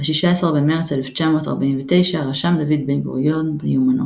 ב-16 במרץ 1949 רשם דוד בן-גוריון ביומנו